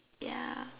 ya